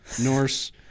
Norse